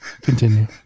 continue